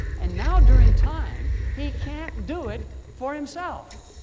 and now during time, he can't do it for himself,